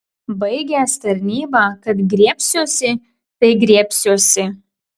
baigęs tarnybą kad griebsiuosi tai griebsiuosi